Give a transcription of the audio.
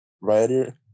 writer